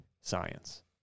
science